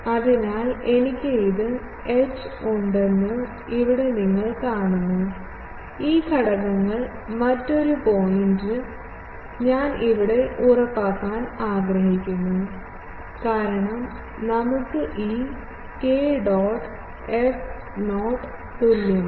അതിനാൽ എനിക്ക് ഇത് H ഉണ്ടെന്ന് ഇവിടെ നിങ്ങൾ കാണുന്നു ഈ ഘടകങ്ങൾ മറ്റൊരു പോയിന്റ് ഞാൻ ഇവിടെ ഉറപ്പാക്കാൻ ആഗ്രഹിക്കുന്നു കാരണം നമുക്ക് ഈ k dot f 0 തുല്യമാണ്